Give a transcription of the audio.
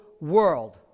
world